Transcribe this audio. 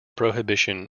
prohibition